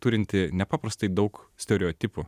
turinti nepaprastai daug stereotipų